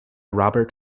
robert